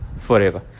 forever